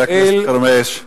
חבר הכנסת חרמש.